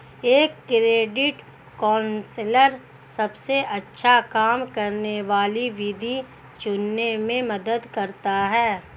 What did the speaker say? एक credit counsellor सबसे अच्छा काम करने वाली विधि चुनने में मदद करता है